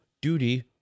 duty